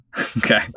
Okay